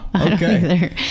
Okay